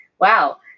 wow